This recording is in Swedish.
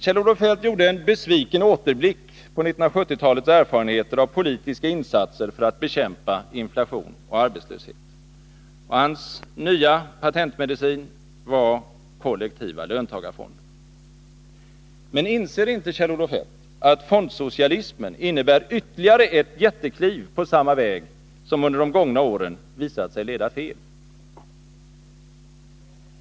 Kjell-Olof Feldt gjorde en besviken återblick på 1970-talets erfarenheter av politiska insatser för att bekämpa inflation och arbetslöshet. Hans nya patentmedicin var kollektiva löntagarfonder. Men inser inte Kjell-Olof Feldt att fondsocialismen innebär ytterligare ett jättekliv på samma väg som under de gångna åren visat sig leda fel?